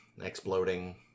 exploding